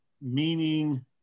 meaning